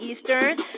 Eastern